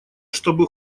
чтобы